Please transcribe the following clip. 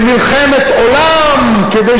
הוא מגן גדול על מדינת